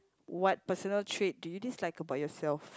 what personal trait do you dislike about yourself